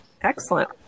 excellent